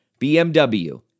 BMW